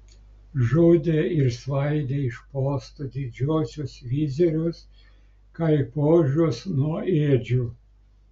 žudė ir svaidė iš postų didžiuosius vizirius kaip ožius nuo ėdžių